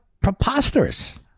preposterous